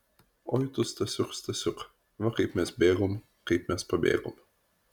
oi tu stasiuk stasiuk va kaip mes bėgom kaip mes pabėgom